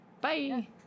Bye